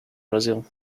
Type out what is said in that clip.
brazil